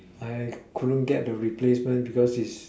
I couldn't get the replacement because it's